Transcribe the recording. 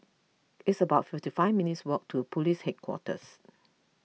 it's about fifty five minutes' walk to Police Headquarters